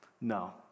No